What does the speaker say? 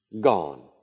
gone